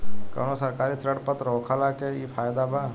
कवनो सरकारी ऋण पत्र होखला के इ फायदा बा